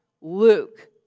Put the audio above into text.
Luke